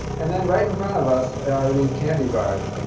and then, right in front of us, are these candy bars.